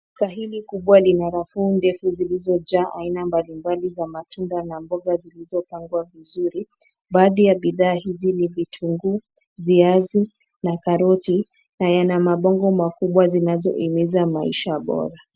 Duka hili kubwa lina rafu ndefu zilizojaa aina mbalimbali za matunda na mboga zilizopangwa vizuri. Baadhi ya bidhaa hizi ni vitunguu, viazi na karoti na yana mabango makubwa zinazohimiza maisha bora.